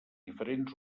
diferents